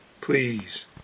Please